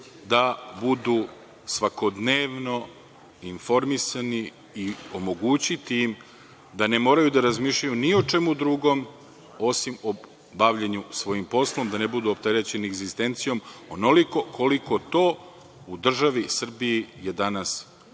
da budu svakodnevno informisani i omogućiti im da ne moraju da razmišljaju ni o čemu drugom, osim o bavljenju svojim poslom, da ne budu opterećeni egzistencijom onoliko koliko to u državi Srbiji je danas moguće